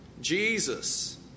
Jesus